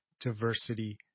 Diversity